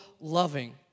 loving